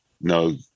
no